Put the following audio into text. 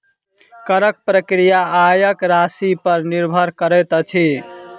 करक प्रक्रिया आयक राशिपर निर्भर करैत अछि